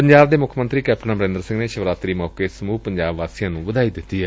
ਪੰਜਾਬ ਦੇ ਮੁੱਖ ਮੰਤਰੀ ਕੈਪਟਨ ਅਮਰਿੰਦਰ ਸਿੰਘ ਨੇ ਸ਼ਿਵਰਾਤਰੀ ਮੌਕੇ ਸਮੁਹ ਪੰਜਾਬ ਵਾਸੀਆਂ ਨੂੰ ਵਧਾਈ ਦਿੱਤੀ ਏ